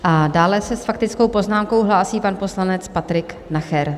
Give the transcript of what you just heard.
A dále se s faktickou poznámkou hlásí pan poslanec Patrik Nacher.